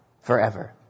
forever